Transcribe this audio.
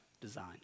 design